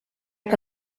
que